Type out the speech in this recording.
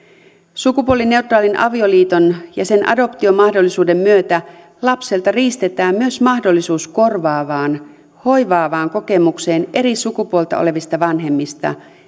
sukupuolineutraalin avioliiton ja sen adoptiomahdollisuuden myötä lapselta riistetään myös mahdollisuus korvaavaan hoivaavaan kokemukseen eri sukupuolta olevista vanhemmista